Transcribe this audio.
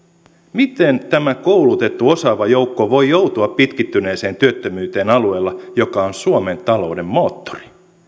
miten tämä koulutettu osaava joukko voi joutua pitkittyneeseen työttömyyteen alueella joka on suomen talouden moottori